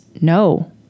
no